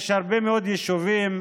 יש הרבה מאוד יישובים,